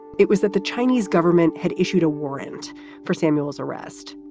it was that the chinese government had issued a warrant for samuel's arrest,